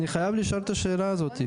אני חייב לשאול את השאלה הזאת.